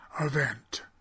event